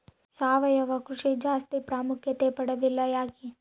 ಸಾವಯವ ಕೃಷಿ ಜಾಸ್ತಿ ಪ್ರಾಮುಖ್ಯತೆ ಪಡೆದಿಲ್ಲ ಯಾಕೆ?